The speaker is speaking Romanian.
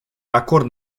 acord